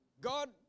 God